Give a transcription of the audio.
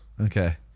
Okay